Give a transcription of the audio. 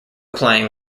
playing